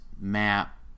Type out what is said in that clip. map